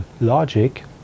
logic